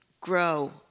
grow